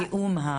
תיאום?